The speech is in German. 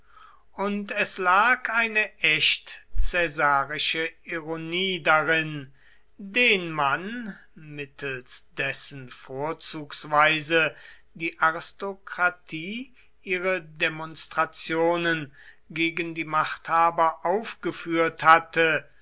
und es lag eine echt caesarische ironie darin den mann mittels dessen vorzugsweise die aristokratie ihre demonstrationen gegen die machthaber aufgeführt hatte